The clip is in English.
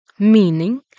Meaning